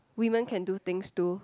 women can do things too